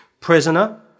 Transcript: prisoner